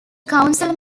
council